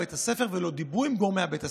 לבית הספר ולא דיברו עם גורמי בית הספר.